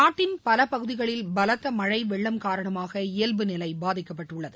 நாட்டின் பல பகுதிகளில் பலத்தமழை வெள்ளம் காரணமாக இயல்புநிலை பாதிக்க்பட்டுள்ளது